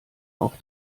auch